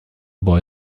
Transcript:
boy